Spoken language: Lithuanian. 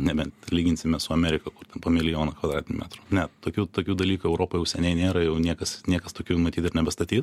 nebent lyginsime su amerika kur po milijoną kvadratinių metrų ne tokių tokių dalykų europoj jau seniai nėra jau niekas niekas tokių jau matyt ir nebestatys